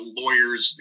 lawyers